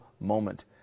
moment